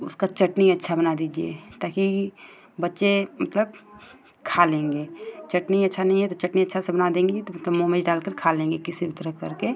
उसकी चटनी अच्छी बना दीजिए ताकि बच्चे मतलब खा लेंगे चटनी अच्छी नहीं है तो चटनी अच्छे से बना देंगी तो मतलब मोमेज़ डालकर खा लेंगे किसी भी तरह करके